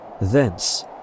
Thence